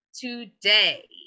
today